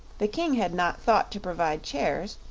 the king had not thought to provide chairs,